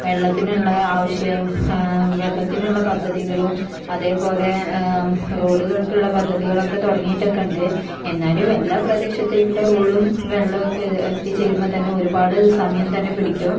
വെള്ളത്തിനുള്ള ആവശ്യവും വെള്ളത്തിനുള്ള പദ്ധതികളും അതേപോലെ റോഡുകൾക്കുള്ള പദ്ധതികളും ഒക്കെ തുടങ്ങിയിട്ടൊക്കെ ഉണ്ട് എന്നാലും എല്ലാ പ്രദേശത്തേക്കുള്ള റോഡും വെള്ളവും ഒക്കെ എത്തി ചേരുമ്പം തന്നെ ഒരുപാട് സമയം തന്നെ പിടിക്കും